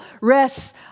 rests